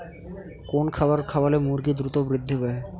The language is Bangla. কোন খাবার খাওয়ালে মুরগি দ্রুত বৃদ্ধি পায়?